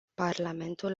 parlamentul